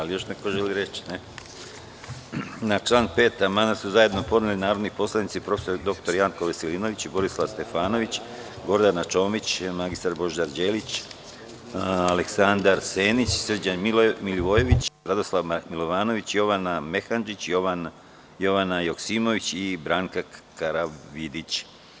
Da li još neko želi reč? (Ne) Na član 5. amandman su zajedno podneli narodni poslanici prof. dr Janko Veselinović, Borislav Stefanović, Gordana Čomić, mr Božidar Đelić, Aleksandar Senić, Srđan Milivojević, Radoslav Milovanović, Jovana Mehandžić, Jovana Joksimović i Branka Karavidić.